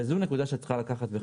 וזו נקודה שאת צריכה לקחת בחשבון.